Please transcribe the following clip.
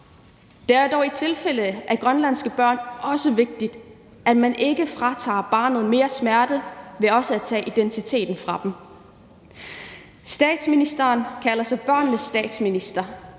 Det er dog i tilfældet med grønlandske børn også vigtigt, at man ikke tilfører barnet mere smerte ved også at tage identiteten fra det. Statsministeren kalder sig børnenes statsminister,